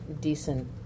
decent